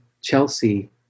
chelsea